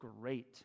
great